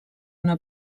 una